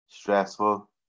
Stressful